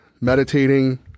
meditating